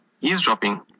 Eavesdropping